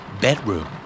Bedroom